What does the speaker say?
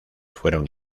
fueron